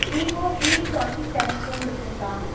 Vivo V twenty seven phone இருக்குதுங்களா